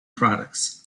products